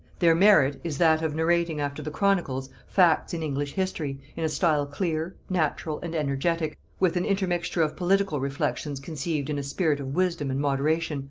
their merit is that of narrating after the chronicles, facts in english history, in a style clear, natural, and energetic, with an intermixture of political reflections conceived in a spirit of wisdom and moderation,